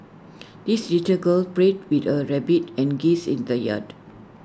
this little girl played with her rabbit and geese in the yard